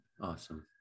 awesome